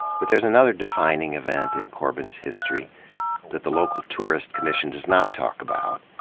but there's another defining event in corbin's history that the local tourist commission does not talk about.